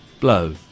blow